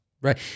Right